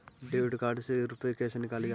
Debit card से रुपये कैसे निकाले जाते हैं?